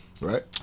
Right